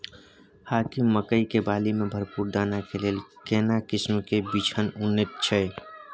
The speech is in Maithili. हाकीम मकई के बाली में भरपूर दाना के लेल केना किस्म के बिछन उन्नत छैय?